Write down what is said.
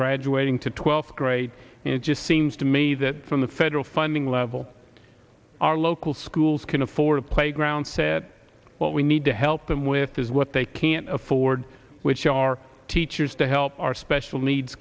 graduating to twelfth grade and it just seems to me that from the federal funding level our local schools can afford a playground set what we need to help them with is what they can't afford which are teachers to help our special needs